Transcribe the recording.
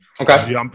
Okay